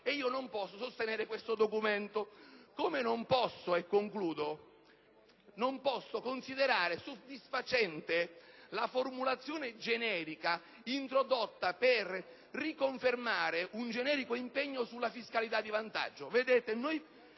non posso sostenere questo documento. Allo stesso modo, non posso considerare soddisfacente la formulazione generica introdotta per riconfermare un generico impegno sulla fiscalità di vantaggio.